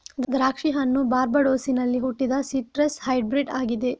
ದ್ರಾಕ್ಷಿ ಹಣ್ಣು ಬಾರ್ಬಡೋಸಿನಲ್ಲಿ ಹುಟ್ಟಿದ ಸಿಟ್ರಸ್ ಹೈಬ್ರಿಡ್ ಆಗಿದೆ